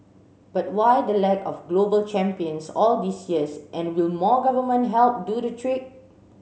but why the lack of global champions all these years and will more government help do the trick